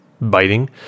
biting